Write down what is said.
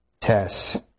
tests